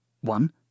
One